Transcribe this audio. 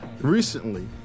recently